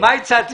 מה הצעתי